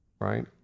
right